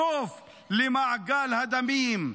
סוף למעגל הדמים.